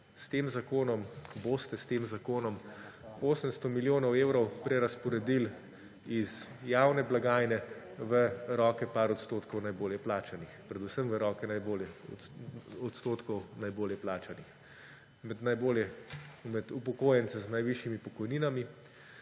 s tem zakonom, boste s tem zakonom 800 milijonov evrov prerazporedili iz javne blagajne v roke par odstotkov najbolje plačanih. Predvsem v roke odstotkov najbolje plačanih: med upokojence z najvišjimi pokojninami;